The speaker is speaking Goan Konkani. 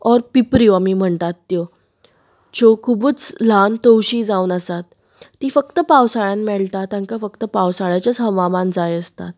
और पिपऱ्यो आमी म्हणटात त्यो ज्यो खुबूच ल्हान तवशी जावन आसात ती फक्त पावसाळ्यांत मेळटा तांकां पावसाळ्याचेंच हवामान जाय आसता